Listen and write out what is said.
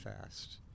fast